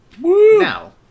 Now